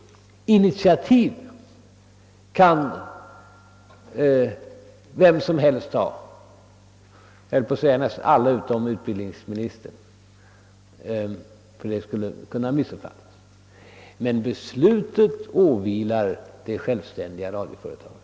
Initiativ kan vem som helst ta — utom kanske utbildningsministern, eftersom något sådant skulle kunna missuppfattas — men beslutet åvilar det självständiga radioföretaget.